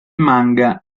manga